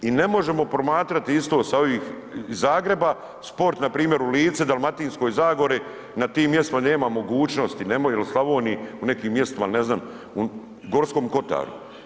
I ne možemo promatrati isto sa ovih iz Zagreba sport npr. u Lici, Dalmatinskoj zagori na tim mjestima gdje nema mogućnosti, nema i u Slavoniji u nekim mjestima ne znam u Gorskom kotaru.